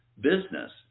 business